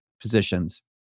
positions